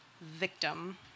Victim